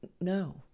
No